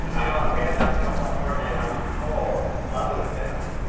you know we had nothing to offer, and i recall telling them